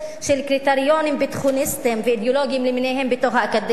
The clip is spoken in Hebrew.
קריטריונים ביטחוניסטיים ואידיאולוגיים למיניהם בתוך האקדמיה.